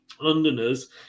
londoners